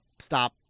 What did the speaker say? stop